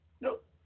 Nope